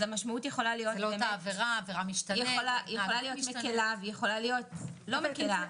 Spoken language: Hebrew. אז המשמעות יכולה להיות מקלה ויכולה להיות לא מקלה.